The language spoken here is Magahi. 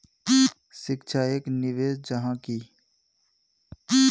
शिक्षा एक निवेश जाहा की?